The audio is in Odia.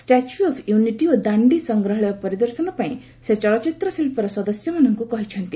ଷ୍ଟାଚ୍ୟୁ ଅପ୍ ୟୁନିଟି ଓ ଦାଣ୍ଡି ସଂଗ୍ରହାଳୟ ପରିଦର୍ଶନ ପାଇଁ ସେ ଚଳଚ୍ଚିତ୍ର ଶିଳ୍ପର ସଦସ୍ୟମାନଙ୍କୁ କହିଛନ୍ତି